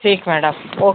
ठीक madam okay